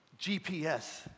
GPS